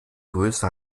größe